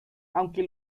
aunque